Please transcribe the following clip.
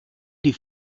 die